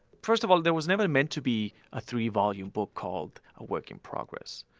first of all, there was never meant to be a three-volume book called a work in progress.